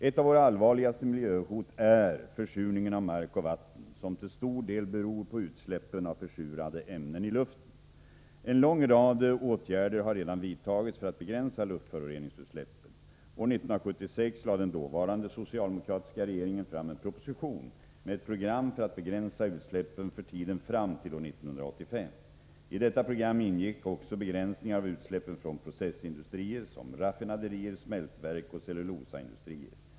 Ett av våra allvarligaste miljöhot är försurningen av mark och vatten, vilken till stor del beror på utsläppen av försurande ämnen i luften. En lång rad åtgärder har redan vidtagits för att begränsa luftföroreningsutsläppen. År 1976 lade den dåvarande socialdemokratiska regeringen fram en proposition med ett program för att begränsa utsläppen för tiden fram till år 1985. I detta program ingick också begränsningar av utsläppen från processindustrier som raffinaderier, smältverk och cellulosaindustrier.